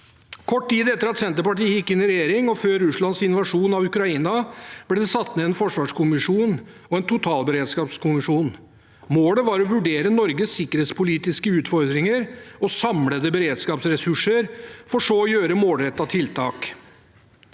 Kort tid etter at Senterpartiet gikk inn i regjering, og før Russlands invasjon av Ukraina, ble det satt ned en forsvarskommisjon og en totalberedskapskommisjon. Målet var å vurdere Norges sikkerhetspolitiske utfordringer og samlede beredskapsressurser, for så å gjøre målrettede tiltak.